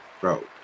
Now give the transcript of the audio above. Bro